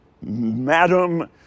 Madam